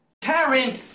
karen